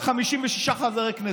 על 56 חברי כנסת.